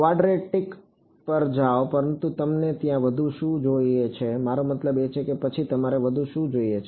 quadratic પર જાઓ પરંતુ તમને ત્યાં વધુ શું જોઈએ છે મારો મતલબ છે કે પછી તમારે વધુ શું જોઈએ છે